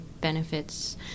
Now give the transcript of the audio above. benefits